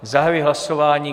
Zahajuji hlasování.